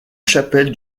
chapelle